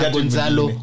Gonzalo